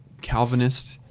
Calvinist